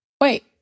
Wait